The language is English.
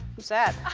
what's that?